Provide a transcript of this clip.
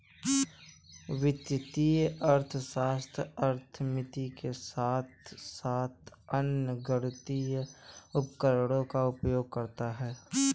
वित्तीय अर्थशास्त्र अर्थमिति के साथ साथ अन्य गणितीय उपकरणों का उपयोग करता है